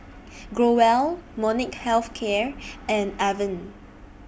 Growell Molnylcke Health Care and Avene